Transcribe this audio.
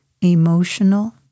emotional